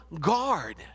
guard